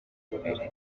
imbere